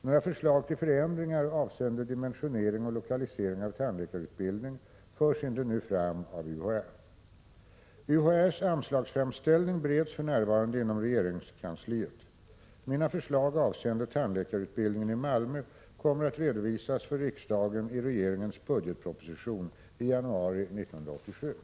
Några förslag till förändringar avseende dimensionering och lokalisering av tandläkarutbildning förs inte nu fram av UHÄ. UHÄ:s anslagsframställning bereds för närvarande inom regeringskansliet. Mina förslag avseende tandläkarutbildningen i Malmö kommer att redovisas för riksdagen i regeringens budgetproposition i januari 1987.